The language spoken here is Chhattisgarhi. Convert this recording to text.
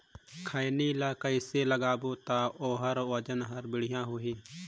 खैनी ला कइसे लगाबो ता ओहार वजन हर बेडिया होही?